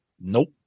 Nope